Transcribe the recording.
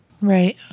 Right